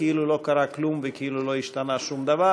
כאילו לא קרה כלום וכאילו לא השתנה שום דבר.